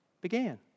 began